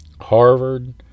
Harvard